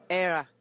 era